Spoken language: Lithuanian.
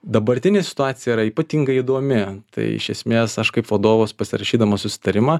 dabartinė situacija yra ypatingai įdomi tai iš esmės aš kaip vadovas pasirašydamas susitarimą